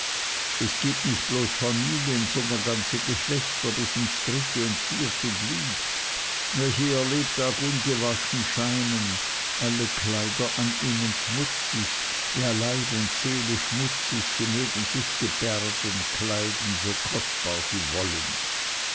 es gibt nicht bloß familien sondern ganze geschlechter bis ins dritte und vierte glied welche ihr lebtag ungewaschen scheinen alle kleider an ihnen schmutzig ja leib und seele schmutzig sie mögen sich gebärden kleiden so kostbar sie wollen